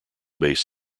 based